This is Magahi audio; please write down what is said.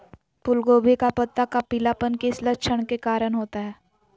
फूलगोभी का पत्ता का पीलापन किस लक्षण के कारण होता है?